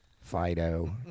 Fido